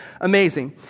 amazing